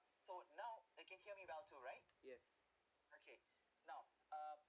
so now you can hear me well to right yes okay now uh